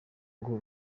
ngo